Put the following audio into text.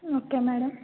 okay madam